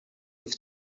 with